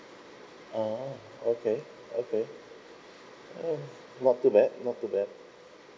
oh okay okay uh noted that noted that